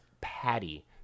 patty